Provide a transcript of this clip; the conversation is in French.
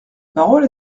parole